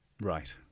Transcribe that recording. Right